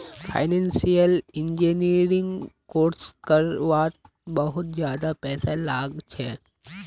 financial engineering course कर वात बहुत ज्यादा पैसा लाग छे